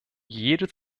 jede